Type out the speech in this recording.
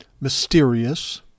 mysterious